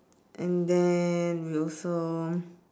and then we also